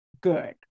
good